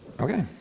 Okay